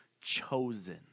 Chosen